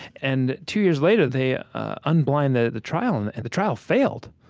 and two years later, they un-blind the the trial, and and the trial failed.